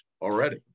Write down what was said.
already